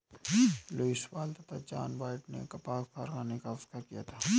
Lewis Paul तथा John Wyatt ने कपास कारखाने का आविष्कार किया था